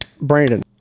Brandon